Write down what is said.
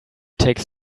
takes